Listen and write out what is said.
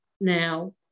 now